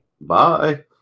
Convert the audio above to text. Bye